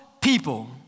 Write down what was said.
people